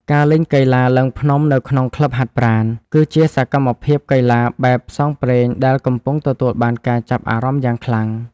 ការលេងកីឡាឡើងភ្នំនៅក្នុងក្លឹបហាត់ប្រាណ គឺជាសកម្មភាពកីឡាបែបផ្សងព្រេងដែលកំពុងទទួលបានការចាប់អារម្មណ៍យ៉ាងខ្លាំង។